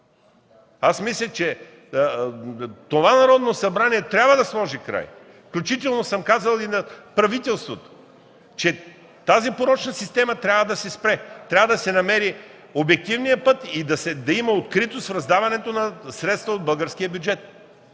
Мисля, че това Народно събрание трябва да сложи край, включително съм казал и на правителството, че тази порочна система трябва да се спре. Трябва да се намери обективният път и да има откритост в раздаването на средства от българския бюджет.